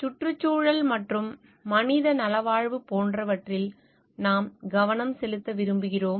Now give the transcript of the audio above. சுற்றுச்சூழல் மற்றும் மனித நல்வாழ்வு போன்றவற்றில் நாம் கவனம் செலுத்த விரும்புகிறோம்